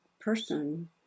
person